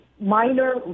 minor